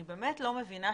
אני באמת לא מבינה.